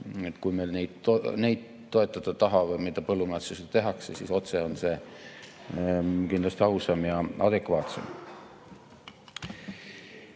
Kui me neid toetada tahame, mida põllumajanduses ka tehakse, siis otse oleks see kindlasti ausam ja adekvaatsem.